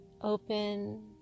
open